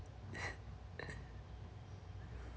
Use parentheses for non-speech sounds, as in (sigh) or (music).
(laughs)